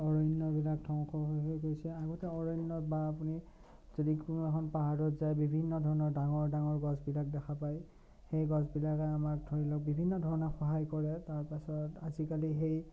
অৰণ্যবিলাক ধ্বংস হৈ হৈ গৈছে আগতে অৰণ্য বা আপুনি যদি কোনো এখন পাহাৰত যায় বিভিন্ন ধৰণৰ ডাঙৰ ডাঙৰ গছবিলাক দেখা পায় সেই গছবিলাকে আমাক ধৰি লওক বিভিন্ন ধৰণে সহায় কৰে তাৰপাছত আজিকালি সেই